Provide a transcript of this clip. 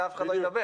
ואף אחד לא יידבק.